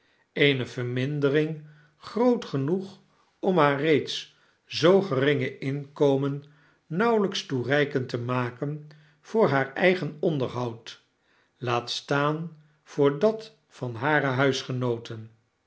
eene vermindering groot genoeg om haar reeds zoo geringe inkomen nauwelijks toereikend te maken voor haar eigen onderhoud laat staan voor dat van hare huisgenooten